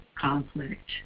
conflict